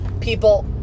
people